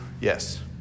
yes